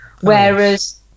whereas